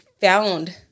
found